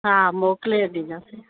हा मोकिले ॾींदासी